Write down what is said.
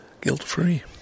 guilt-free